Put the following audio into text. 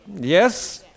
yes